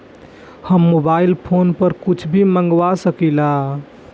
हम mobile phone पर कुछ भी मंगवा सकिला?